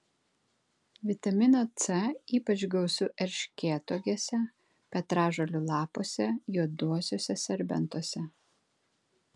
vitamino c ypač gausu erškėtuogėse petražolių lapuose juoduosiuose serbentuose